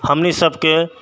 हमनि सबके